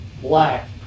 Black